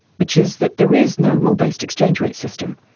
which is that there is no rule-based exchange rate system,